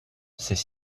c’est